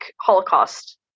holocaust